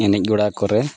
ᱮᱱᱮᱡ ᱜᱚᱰᱟ ᱠᱚᱨᱮ